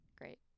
Great